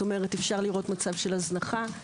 אפשר לראות מצב של הזנחה,